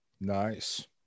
Nice